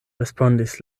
respondis